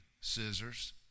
scissors